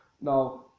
Now